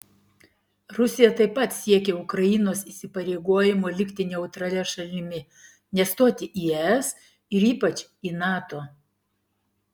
rusija taip pat siekia ukrainos įsipareigojimo likti neutralia šalimi nestoti į es ir ypač į nato